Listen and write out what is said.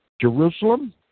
Jerusalem